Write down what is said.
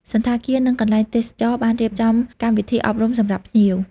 សណ្ឋាគារនិងកន្លែងទេសចរណ៍បានរៀបចំកម្មវិធីអប់រំសម្រាប់ភ្ញៀវ។